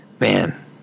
man